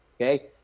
okay